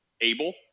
able